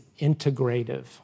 integrative